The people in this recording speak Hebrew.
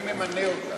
מי ממנה אותם?